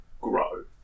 grow